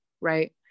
right